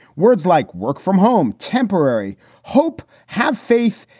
words like work from home, temporary hope. have faith.